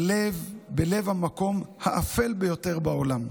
בלב המקום האפל ביותר בעולם.